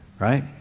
right